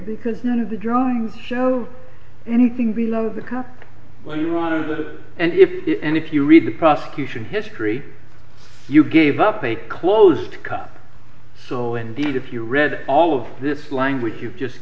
because none of the drawings show anything below the cup when you want to and if it and if you read the prosecution history you gave up a closed cup so indeed if you read all of this language you've just